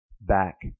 back